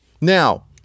Now